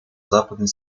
западной